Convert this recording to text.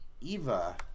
Eva